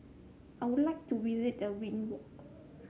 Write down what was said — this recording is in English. I would like to visit the Windhoek